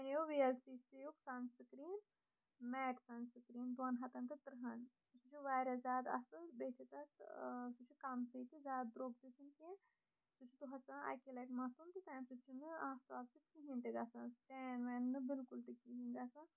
مےٚ اَنیو V L C C یُک سنسکرین میٹ سنسکرین دۄن ہَتن تہٕ تٕرٛہن سُہ چھُ واریاہ زیادٕ اَصٕل بیٚیہِ چھُ تَتھ سُہ چھُ کَم سٕے تہٕ زیادٕ درٛوگ تہِ چھُنہٕ کیٚنٛہہ سُہ چھُ دۄہَس پیوان اَکہِ لَٹہِ مَتُھن تہٕ تَمہِ سۭتۍ تاپھ واپھ سۭتۍ کِہینۍ تہِ گژھان ٹین وین نہٕ بِلکُل تہِ کِہینۍ گژھان